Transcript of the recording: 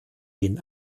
den